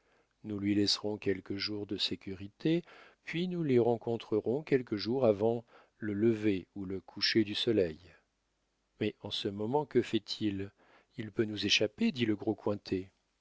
nous lui laisserons quelques jours de sécurité puis nous l'y rencontrerons quelque jour avant le lever ou le coucher du soleil mais en ce moment que fait-il il peut nous échapper dit le